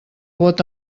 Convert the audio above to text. vot